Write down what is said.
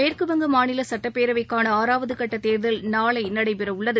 மேற்குவங்க மாநில சட்டப்பேரவைக்கான ஆறாவது கட்ட தேர்தல் நாளை நடடபெறவுள்ளது